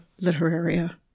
Literaria